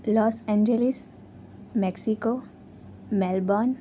loss Angeles Mexico Melbourne